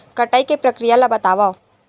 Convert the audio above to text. कटाई के प्रक्रिया ला बतावव?